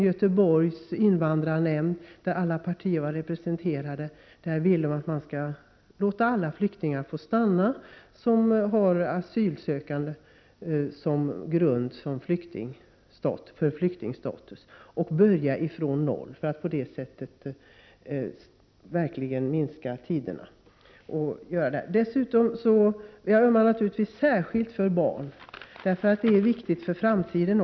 Göteborgs invandrarnämnd, där alla partier är representerade, vill att alla de flyktingar skall få stanna som har asylsökande som grund för flyktingstatus och börja från noll, för att tiderna verkligen skall kunna förkortas. Jag ömmar naturligtvis särskilt för barn, därför att det är viktigt för framtiden.